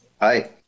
Hi